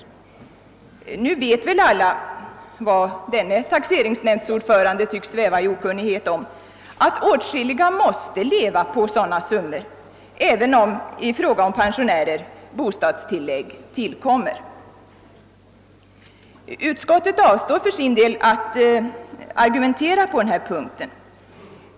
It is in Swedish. Alla vet väl vad denne taxeringsnämndsordförande tycks sväva i okunnighet om, nämligen att åtskilliga måste leva på sådana summor, även om för pensionärer bostadstillägg tillkommer. Utskottet avstår från att argumentera på denna punkt.